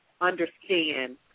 Understand